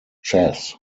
chas